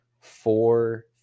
four